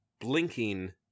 blinking